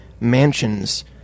mansions